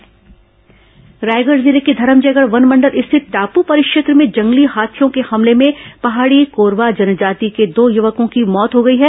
हाथी हमला मौत रायगढ़ जिले के धरमजयगढ़ वनमंडल स्थित टापू परिक्षेत्र में जंगली हाथियों के हमले में पहाड़ी कोरवा जनजाति के दो युवको की मौत हो गई है